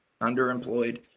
underemployed